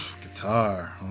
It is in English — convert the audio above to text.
Guitar